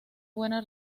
buena